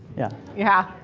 yeah. yeah.